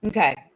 Okay